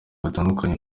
batandukanye